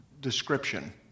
description